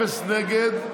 אפס נגד.